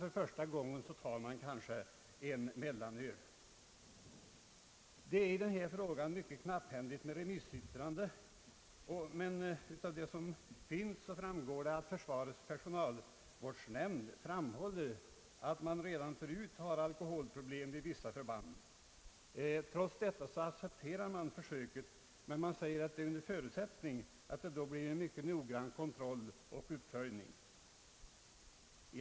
För första gången tar han kanske i stället en mellanöl. Det finns i den här frågan ytterst få remissyttranden. Men i ett av de avgivna yttrandena framhåller försvarets personalvårdsnämnd att alkoholproblem redan finns vid vissa förband. Trots det accepterar man den aktuella försöksverksamheten under förutsättning av en mycket noggrann kontroll och uppföljning av resultaten.